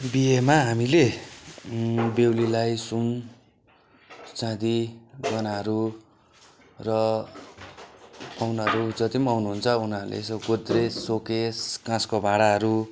बिहेमा हामीले बेहुलीलाई सुन चाँदी गहनाहरू र पाहुनाहरू जति पनि आउनुहुन्छ उनीहरूले चाहिँ गोद्रेज सोकेस काँसको भाँडाहरू